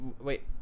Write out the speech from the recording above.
wait